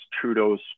trudeau's